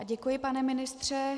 Děkuji, pane ministře.